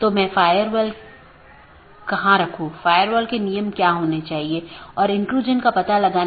यह मूल रूप से स्केलेबिलिटी में समस्या पैदा करता है